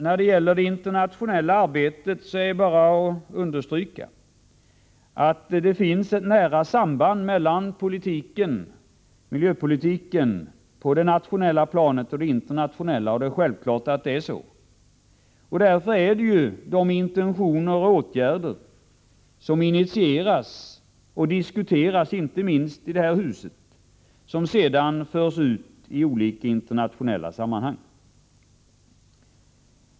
När det gäller det internationella arbetet skall bara understrykas att det finns ett nära samband mellan miljöpolitiken på det nationella planet och på det internationella planet. Att det förhåller sig så är självklart. Därför är det ju de åtgärder som initieras och diskuteras inte minst i det här huset som sedan förs ut i olika internationella sammanhang.